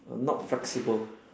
not flexible